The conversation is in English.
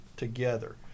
Together